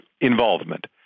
involvement